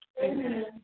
Amen